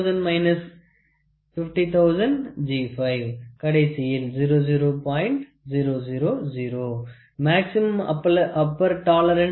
000 G5 00